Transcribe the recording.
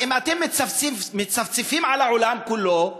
אז אם אתם מצפצפים על העולם כולו,